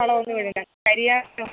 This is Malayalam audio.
വളം ഒന്നും ഇടേണ്ട കരിയാറ്റം